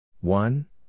One